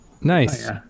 Nice